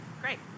Great